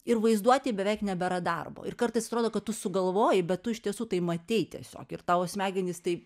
ir vaizduotei beveik nebėra darbo ir kartais atrodo kad tu sugalvojai bet tu iš tiesų tai matei tiesiog ir tavo smegenys tai